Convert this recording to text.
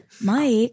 Mike